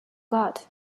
got